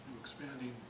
expanding